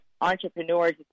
entrepreneurs